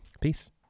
Peace